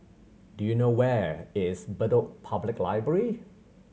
do you know where is Bedok Public Library